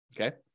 Okay